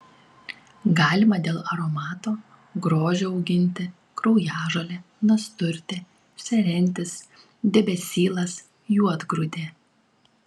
galima dėl aromato grožio auginti kraujažolė nasturtė serentis debesylas juodgrūdė